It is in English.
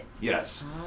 Yes